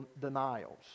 denials